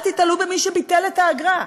אל תיתלו במי שביטל את האגרה.